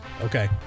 Okay